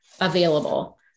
available